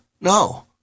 No